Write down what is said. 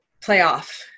playoff